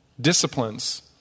disciplines